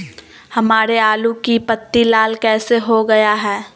हमारे आलू की पत्ती लाल कैसे हो गया है?